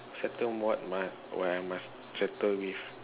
settle what I I must settle with